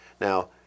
Now